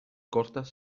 cortas